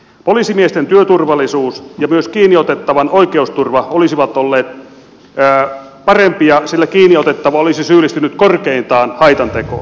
poliisimiesten työturvallisuus ja myös kiinniotettavan oikeusturva olisivat olleet parempia sillä kiinniotettava olisi syyllistynyt korkeintaan haitantekoon